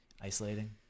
isolating